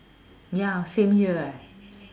ya same here eh